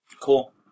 Cool